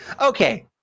okay